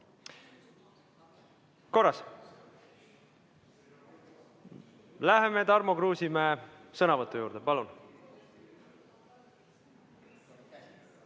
Korras? Läheme Tarmo Kruusimäe sõnavõtu juurde. Palun!